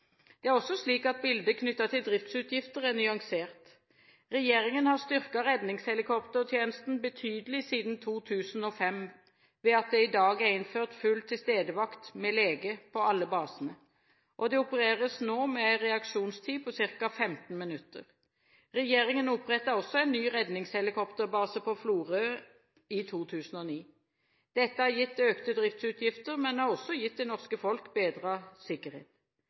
Det er også slik at bildet knyttet til driftsutgiftene er nyansert. Regjeringen har styrket redningshelikoptertjenesten betydelig siden 2005, ved at det i dag er innført full tilstedevakt med lege på alle basene. Det opereres nå med en reaksjonstid på ca. 15 minutter. Regjeringen opprettet også en ny redningshelikopterbase på Florø i 2009. Dette har gitt økte driftsutgifter, men har også gitt det norske folk bedret sikkerhet.